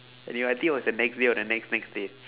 and ya I think it was a next day or the next next day